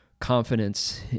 confidence